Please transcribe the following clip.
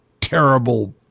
terrible